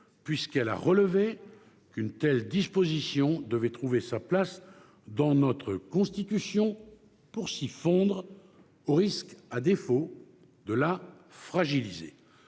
puisqu'elle a relevé qu'une telle disposition devait trouver sa place dans notre Constitution, pour s'y fondre, au risque, sinon, de la fragiliser.